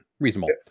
reasonable